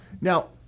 Now